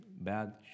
Bad